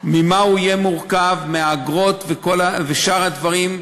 ממה הוא יהיה מורכב, מאגרות ומשאר הדברים,